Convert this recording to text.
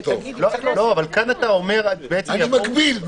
אני מגביל.